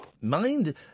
Mind